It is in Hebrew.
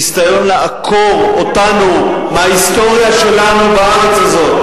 ניסיון לעקור אותנו מההיסטוריה שלנו בארץ הזאת.